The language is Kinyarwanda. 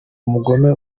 umugome